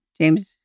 James